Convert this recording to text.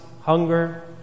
hunger